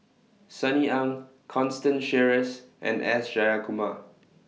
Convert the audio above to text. Sunny Ang Constance Sheares and S Jayakumar